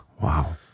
wow